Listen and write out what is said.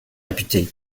député